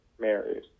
married